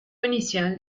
inicial